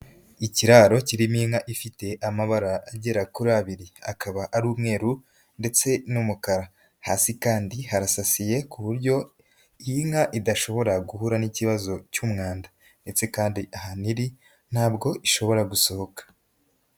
Ikiraro kirimo inka ifite amabara agera kuri abiri, akaba ari umweru ndetse n'umukara, hasi kandi harasasiye ku buryo iyi nka idashobora guhura n'ikibazo cy'umwanda ndetse kandi ahantu iri ntabwo ishobora gusohoka.